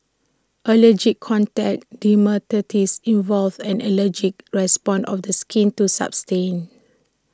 allergic contact dermatitis involves an allergic response of the skin to substance